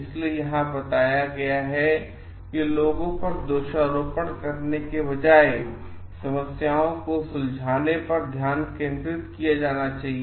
इसलिए यहां बताया गया है कि लोगों पर दोषारोपण करने के बजाय समस्याओं को सुलझाने पर ध्यान केंद्रित किया जाना चाहिए